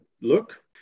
look